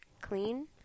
clean